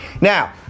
Now